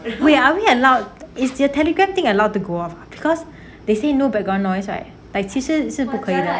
wait are we allow is your telegram thing allow to go off because they say no background noise like 其实是不可以 loh